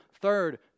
Third